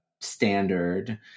standard